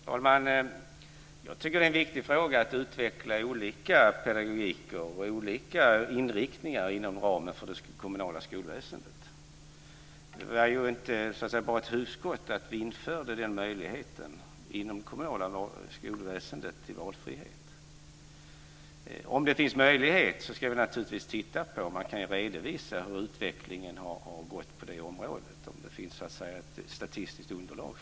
Fru talman! Jag tycker att det är en viktig fråga att utveckla olika sorters pedagogik och olika inriktningar inom ramen för det kommunala skolväsendet. Det var inte bara ett hugskott att vi införde möjligheten till valfrihet inom det kommunala skolväsendet. Om det finns möjlighet ska vi naturligtvis titta på detta. Man kan ju redovisa hur utvecklingen har varit på det området om det finns ett statistiskt underlag.